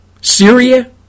Syria